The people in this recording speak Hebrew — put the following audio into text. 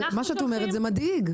מה שאת אומרת זה מדאיג.